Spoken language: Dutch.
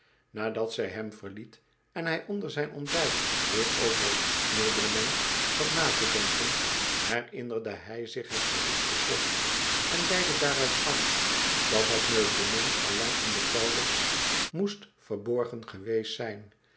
nadat zij hem verliet en hij onder zijn ontbijt weer over t meublement zat na te denken herinnerde hij zich het verroeste slot en leidde daaruit af dat het meublement al lang in de kelders moest verborgen geweest zijn